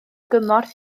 gymorth